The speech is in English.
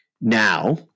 now